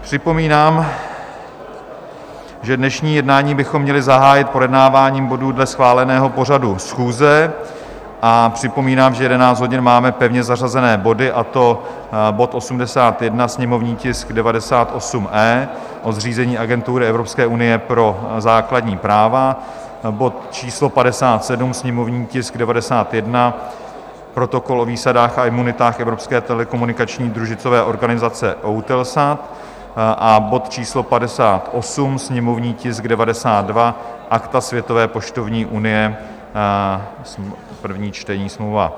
Připomínám, že dnešní jednání bychom měli zahájit projednáváním bodů dle schváleného pořadu schůze, a připomínám, že v 11 hodin máme pevně zařazené body, a to bod 81, sněmovní tisk 98E, o zřízení Agentury EU pro základní práva, bod číslo 57, sněmovní tisk 91 Protokol o výsadách a imunitách Evropské telekomunikační družicové organizace EUTELSAT, a bod číslo 58, sněmovní tisk 92 Akta Světové poštovní unie, první čtení, smlouva.